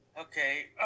Okay